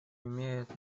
имеет